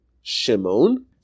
Shimon